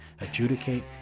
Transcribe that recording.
adjudicate